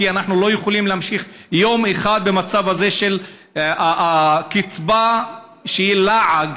כי אנחנו לא יכולים להמשיך יום אחד במצב הזה שהקצבה היא לעג,